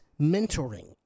mentoring